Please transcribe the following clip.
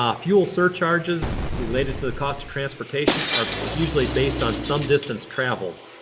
ah fuel surcharges related to the cost of transportation are usually based on some distance traveled.